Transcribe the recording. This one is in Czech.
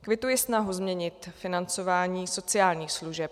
Kvituji snahu změnit financování sociálních služeb.